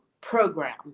program